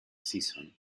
season